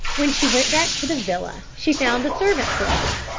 when she went back to the villa she found the servants were up.